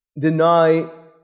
deny